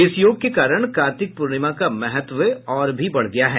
इस योग के कारण कार्तिक पूर्णिमा का महत्व और भी बढ़ गया है